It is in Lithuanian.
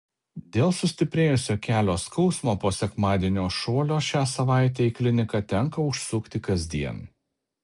dėl sustiprėjusio kelio skausmo po sekmadienio šuolio šią savaitę į kliniką tenka užsukti kasdien